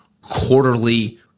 quarterly